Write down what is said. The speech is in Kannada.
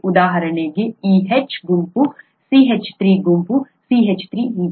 ಉದಾಹರಣೆಗೆ ಈ H ಗುಂಪು CH3 ಗುಂಪು CH3 ಮತ್ತು ಹೀಗೆ